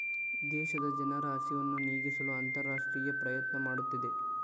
ದೇಶದ ಜನರ ಹಸಿವನ್ನು ನೇಗಿಸಲು ಅಂತರರಾಷ್ಟ್ರೇಯ ಪ್ರಯತ್ನ ಮಾಡುತ್ತಿದೆ